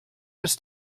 was